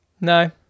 No